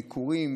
ביקורים,